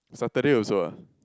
Saturday also ah